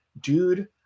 dude